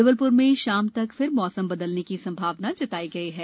जबल ुर में शाम तक फिर मौसम बदलने की संभावना जताई गयी है